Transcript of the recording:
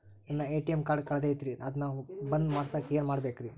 ನನ್ನ ATM card ಕಳದೈತ್ರಿ ಅದನ್ನ ಬಂದ್ ಮಾಡಸಾಕ್ ಏನ್ ಮಾಡ್ಬೇಕ್ರಿ?